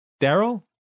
Daryl